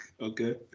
Okay